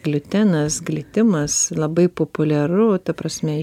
gliutenas glitimas labai populiaru ta prasme